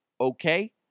Okay